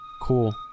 Cool